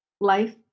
life